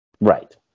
Right